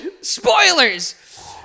Spoilers